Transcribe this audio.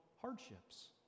hardships